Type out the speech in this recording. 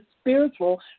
spiritual